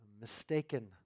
mistaken